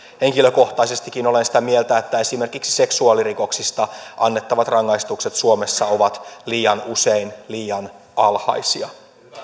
henkilökohtaisestikin olen sitä mieltä että esimerkiksi seksuaalirikoksista annettavat rangaistukset suomessa ovat liian usein liian alhaisia